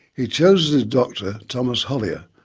he chose as his doctor thomas hollier,